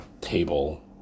table